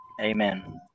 Amen